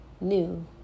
new